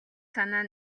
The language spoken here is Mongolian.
санаа